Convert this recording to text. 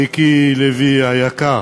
מיקי לוי היקר,